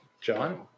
John